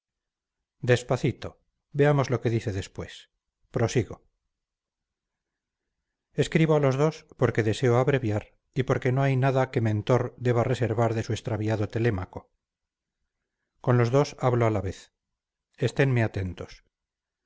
despacito veamos lo que dice después prosigo escribo a los dos porque deseo abreviar y porque no hay nada que mentor deba reservar de su extraviado telémaco con los dos hablo a la vez estenme atentos